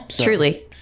Truly